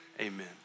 amen